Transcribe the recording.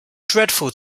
dreadful